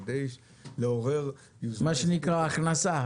כדי לעורר -- מה שנקרא "הכנסה".